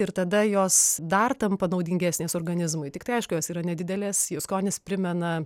ir tada jos dar tampa naudingesnės organizmui tiktai aišku jos yra nedidelės jų skonis primena